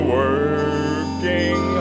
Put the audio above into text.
working